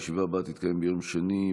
הישיבה הבאה תתקיים ביום שני,